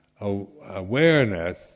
awareness